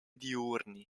diurni